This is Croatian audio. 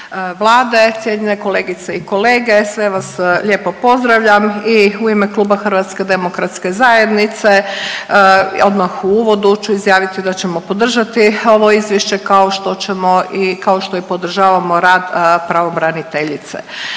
Vlade, cijenjene kolegice i kolege, sve vas lijepo pozdravljam i u ime Kluba HDZ-a odmah u uvodu ću izjaviti da ćemo podržati ovo izvješće, kao što ćemo i, kao što i podržavamo rad pravobraniteljice